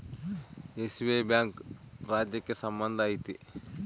SBI bank ರಾಜ್ಯಕ್ಕೆ ಸಂಬಂಧ ಐತಿ